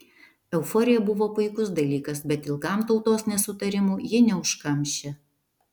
euforija buvo puikus dalykas bet ilgam tautos nesutarimų ji neužkamšė